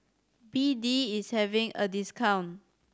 B D is having a discount